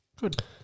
Good